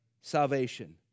salvation